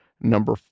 number